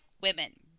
women